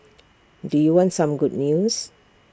do you want some good news